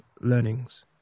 learnings